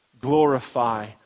glorify